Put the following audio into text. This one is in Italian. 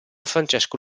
francesco